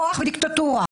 כוח ודיקטטורה.